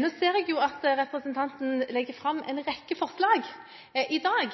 Nå ser jeg at representanten legger fram en rekke forslag i dag